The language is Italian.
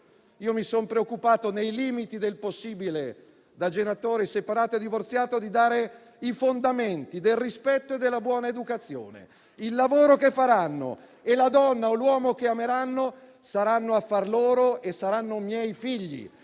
Io mi sono preoccupato, nei limiti del possibile, da genitore separato e divorziato, di dare loro i fondamenti del rispetto e della buona educazione. Il lavoro che faranno e la donna o l'uomo che ameranno saranno affar loro. E saranno miei figli,